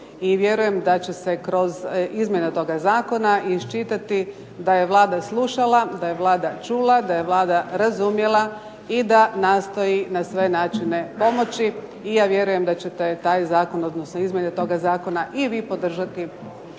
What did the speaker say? I vjerujem da će se kroz izmjena toga zakona iščitati da je Vlada slušala, da je Vlada čula, da je Vlada razumjela i da nastoji na sve načine pomoći i ja vjerujem da ćete taj zakon, odnosno izmjene toga zakona i vi podržati